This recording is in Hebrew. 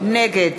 נגד